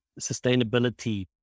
sustainability